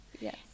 yes